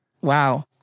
Wow